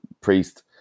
priest